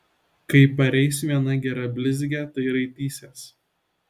kai pareis viena gera blizgė tai raitysies